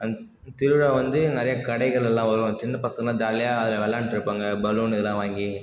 அந் திருவிழா வந்து நிறைய கடைகள் எல்லாம் வரும் சின்ன பசங்க ஜாலியாக அதில் விளாண்ட்டு இருப்பாங்க பலூன் இதலாம் வாங்கி